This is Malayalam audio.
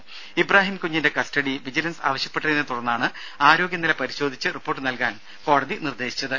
വിജിലൻസ് ഇബ്രാഹിം കുഞ്ഞിന്റെ കസ്റ്റഡി ആവശ്യപ്പെട്ടതിനെ തുടർന്നാണ് ആരോഗ്യനില പരിശോധിച്ച് റിപ്പോർട്ട് നൽകാൻ കോടതി നിർദേശിച്ചത്